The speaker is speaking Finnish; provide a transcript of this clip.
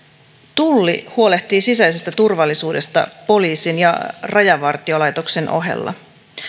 tulli huolehtii sisäisestä turvallisuudesta poliisin ja rajavartiolaitoksen ohella